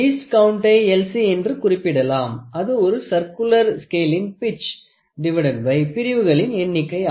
least கவுண்டை LC என்று குறிப்பிடலாம் அது ஒரு சர்குலர் ஸ்கேலில் பிட்ச் பிரிவுகளின் எண்ணிக்கை ஆகும்